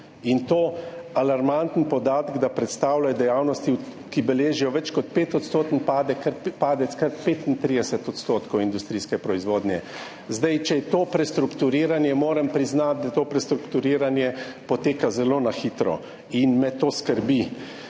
To je alarmanten podatek, da predstavljajo dejavnosti, ki beležijo več kot 5-odstotni padec, kar 35 % industrijske proizvodnje. Če je to prestrukturiranje, moram priznati, da to prestrukturiranje poteka zelo na hitro in me to skrbi.